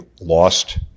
lost